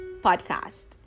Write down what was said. podcast